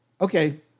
Okay